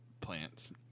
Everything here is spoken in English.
plants